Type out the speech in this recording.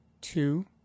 two